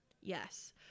Yes